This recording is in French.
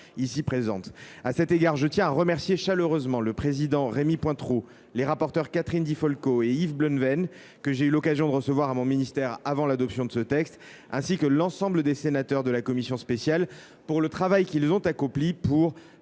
À cet égard, je tiens à remercier chaleureusement le président de la commission spéciale, Rémy Pointereau, et les rapporteurs Catherine Di Folco et Yves Bleunven, que j’ai eu l’occasion de recevoir à mon ministère avant l’adoption de ce texte, ainsi que l’ensemble des sénateurs de la commission spéciale. Je salue le travail qu’ils ont accompli pour